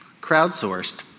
Crowdsourced